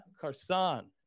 Carson